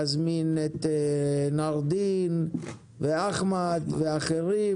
להזמין את נארדין ואחמד ואחרים,